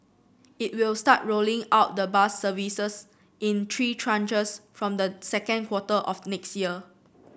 it will start rolling out the bus services in three tranches from the second quarter of next year